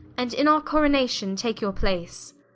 and in our coronation take your place.